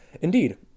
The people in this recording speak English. Indeed